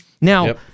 Now